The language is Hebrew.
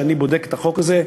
כשאני בודק את החוק הזה,